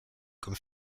comme